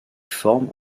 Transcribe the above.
formes